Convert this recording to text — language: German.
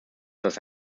das